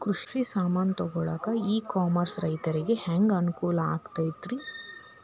ಕೃಷಿ ಸಾಮಾನ್ ತಗೊಳಕ್ಕ ಇ ಕಾಮರ್ಸ್ ರೈತರಿಗೆ ಹ್ಯಾಂಗ್ ಅನುಕೂಲ ಆಕ್ಕೈತ್ರಿ?